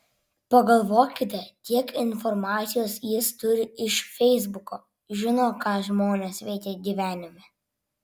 pagalvokite kiek informacijos jis turi iš feisbuko žino ką žmonės veikia gyvenime